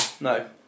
no